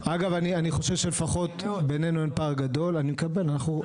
יש מחלות נלוות שהוועדה תקבע אותם,